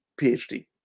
PhD